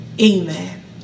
amen